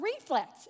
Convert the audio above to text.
reflex